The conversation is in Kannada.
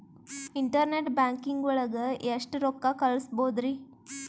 ಇಂಟರ್ನೆಟ್ ಬ್ಯಾಂಕಿಂಗ್ ಒಳಗೆ ಎಷ್ಟ್ ರೊಕ್ಕ ಕಲ್ಸ್ಬೋದ್ ರಿ?